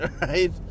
right